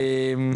עילם.